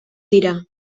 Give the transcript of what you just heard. dira